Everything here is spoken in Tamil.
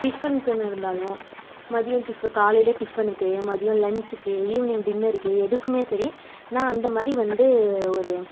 டிஃபனுக்குன்னு இருந்தாலும் மதியம் டிஃப் காலையில் டிஃபனுக்கு மதியம் லன்ஞ்ச்சுக்கு ஈவினிங் டின்னருக்கு எதுக்குமே சரி நான் அந்த மாதிரி வந்து ஒரு